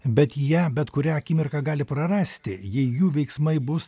bet ją bet kurią akimirką gali prarasti jei jų veiksmai bus